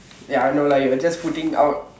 ya I know lah you're just putting out